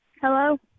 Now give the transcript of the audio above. Hello